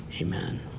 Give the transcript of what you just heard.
Amen